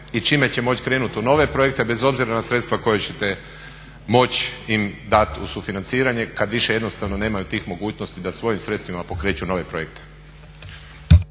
i čime će moći krenuti u nove projekte bez obzira na sredstva koja ćete moći im dat u sufinanciranje kad više jednostavno nemaju tih mogućnosti da svojim sredstvima pokreću nove projekte.